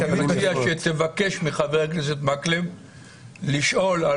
אני מציע שתבקש מחבר הכנסת מקלב לשאול על